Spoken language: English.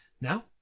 now